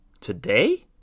Today